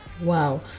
Wow